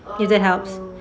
needed help